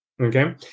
Okay